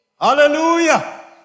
hallelujah